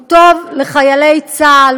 הוא טוב לחיילי צה"ל,